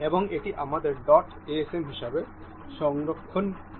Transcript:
এবং এটি আমাদের ডট asm হিসাবে সংরক্ষণ করে